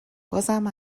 بازم